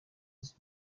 izi